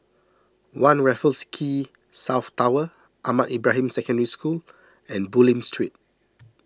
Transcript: one Raffles Quay South Tower Ahmad Ibrahim Secondary School and Bulim Street